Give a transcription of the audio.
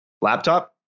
laptop